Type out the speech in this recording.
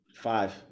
five